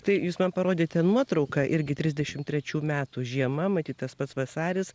tai jūs man parodėte nuotrauką irgi trisdešimt trečių metų žiema matyt tas pats vasaris